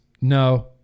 no